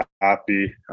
happy